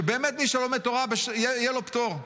שבאמת מי שלומד תורה, יהיה לו פטור.